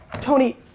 Tony